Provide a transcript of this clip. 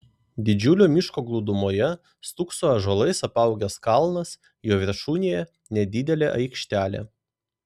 didžiulio miško glūdumoje stūkso ąžuolais apaugęs kalnas jo viršūnėje nedidelė aikštelė